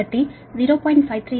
కాబట్టి 0